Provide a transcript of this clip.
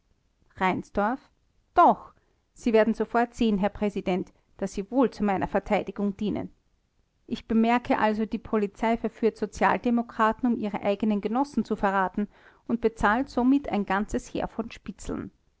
doch sie werden sofort sehen herr präsident daß sie wohl zu meiner verteidigung dienen ich bemerke also die polizei verführt sozialdemokraten um ihre eigenen genossen zu verraten und bezahlt somit ein ganzes heer von spitzeln